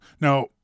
Now